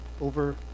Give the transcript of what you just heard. over